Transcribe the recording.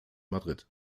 madrid